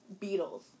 Beatles